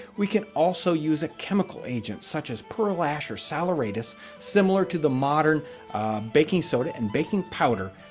we could also use a chemical agent such as pearl ash or saleratus similar to the modern baking soda and baking powder.